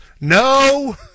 no